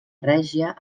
règia